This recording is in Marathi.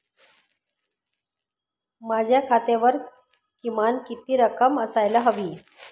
माझ्या खात्यावर किमान किती रक्कम असायला हवी?